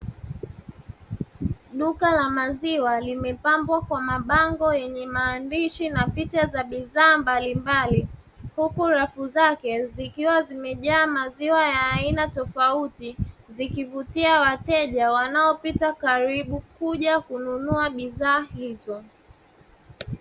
Duka la maziwa limepambwa kwa mabango yenye maandishi na picha za bidhaa mbalimbali, huku rafu zake zikiwa zimejaa maziwa ya aina tofauti, zikivutia wateja wanaopita karibu kuja kununua bidhaa hizo.